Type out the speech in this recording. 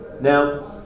Now